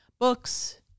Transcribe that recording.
Books